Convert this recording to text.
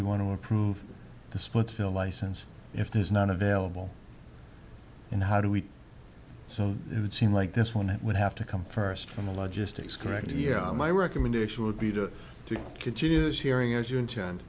we want to approve the splitsville license if there's not available and how do we so it would seem like this one it would have to come first from the logistics correct yeah my recommendation would be to to continue this hearing as you